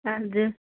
हजुर